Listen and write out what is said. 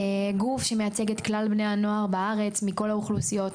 גוף שמייצג את כלל בני הנוער בארץ מכל האוכלוסיות,